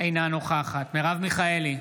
אינה נוכחת מרב מיכאלי,